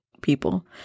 people